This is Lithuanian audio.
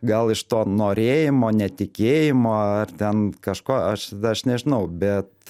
gal iš to norėjimo netikėjimo ar ten kažko aš aš nežinau bet